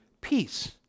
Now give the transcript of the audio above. peace